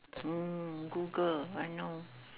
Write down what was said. hmm google I know